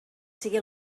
sigui